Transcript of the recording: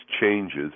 changes